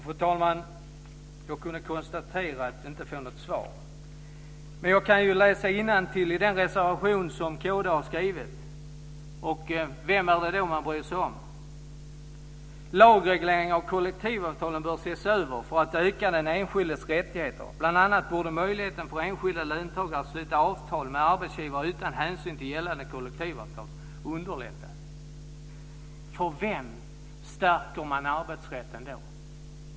Fru talman! Jag kunde konstatera att jag inte fick något svar. Men jag kan läsa innantill i den reservation som kd har skrivit. Vem är det då man bryr sig om? Lagregleringen av kollektivavtalen bör ses över för att öka den enskildes rättigheter, skriver man, och bl.a. borde möjligheten för enskilda löntagare att sluta avtal med arbetstagare utan hänsyn till gällande kollektivavtal underlättas. För vem stärker man arbetsrätten då?